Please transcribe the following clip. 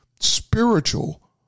spiritual